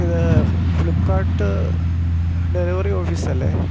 ഇത് ഫ്ലിപ്കാർട്ട് ഡെലിവറി ഓഫിസല്ലേ